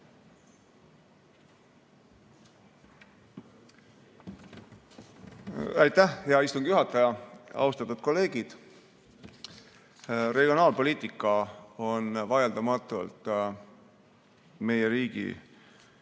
Aitäh, hea istungi juhataja! Austatud kolleegid! Regionaalpoliitika on vaieldamatult meie riigi arengu